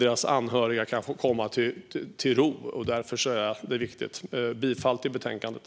Därför är detta viktigt. Jag yrkar bifall till förslaget i betänkandet.